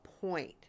point